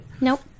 Nope